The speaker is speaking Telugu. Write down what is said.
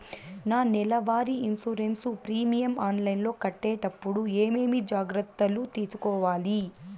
నా నెల వారి ఇన్సూరెన్సు ప్రీమియం ఆన్లైన్లో కట్టేటప్పుడు ఏమేమి జాగ్రత్త లు తీసుకోవాలి?